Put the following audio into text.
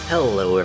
Hello